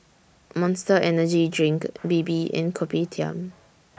Monster Energy Drink Bebe and Kopitiam